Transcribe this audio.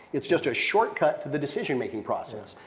it's just a shortcut to the decision making process.